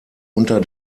unter